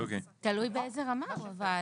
תלוי באיזו רמה הוא.